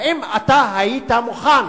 האם אתה היית מוכן